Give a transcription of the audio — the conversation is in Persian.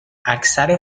اکثر